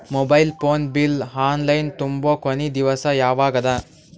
Mobile phone bill online ತುಂಬೊ ಕೊನಿ ದಿವಸ ಯಾವಗದ?